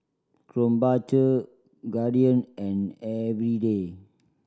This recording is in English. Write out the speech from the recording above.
Krombacher Guardian and Eveready